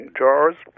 jars